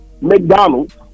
McDonald's